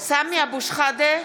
שחאדה,